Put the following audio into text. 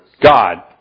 God